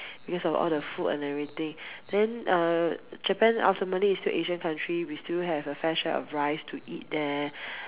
because of all the food and everything then err Japan ultimately is still Asian country we still have a fair share of rice to eat there